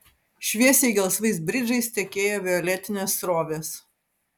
šviesiai gelsvais bridžais tekėjo violetinės srovės